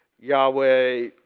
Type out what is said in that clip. Yahweh